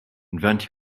invent